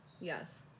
Yes